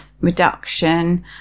reduction